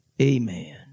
amen